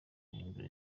guhindura